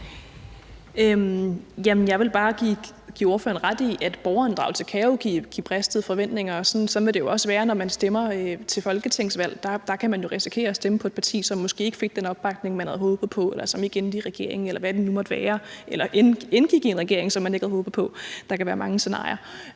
Jeg vil bare give ordføreren ret i, at borgerinddragelse kan give bristede forventninger. Sådan vil det jo også være, når man stemmer til folketingsvalg. Der kan man risikere at stemme på et parti, som måske ikke fik den opbakning, man havde håbet på, eller som ikke endte i regering, eller hvad det nu måtte være – eller